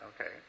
Okay